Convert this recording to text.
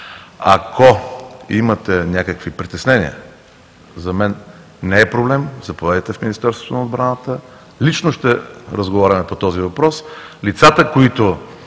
Ако имате някакви притеснения, за мен не е проблем, заповядайте в Министерството на отбраната, лично ще разговаряме по този въпрос. Лицата, които